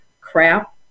crap